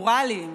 הפרוצדורליים,